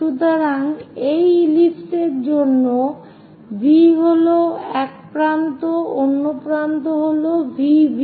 সুতরাং এই ইলিপস এর জন্য V হল এক প্রান্ত অন্য প্রান্ত হল VV